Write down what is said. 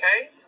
Okay